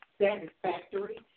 satisfactory